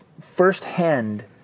firsthand